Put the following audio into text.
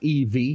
EV